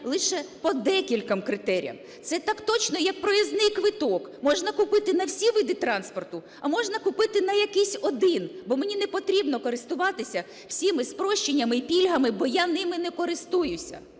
лише по декільком критеріям. Це так точно як проїзний квиток – можна купити на всі види транспорту, а можна купити на якийсь один, бо мені не потрібно користуватися всіма спрощеннями і пільгами, бо я ними не користуюся.